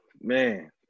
man